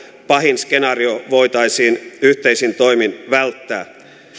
pahin skenaario voitaisiin yhteisin toimin välttää